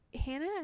hannah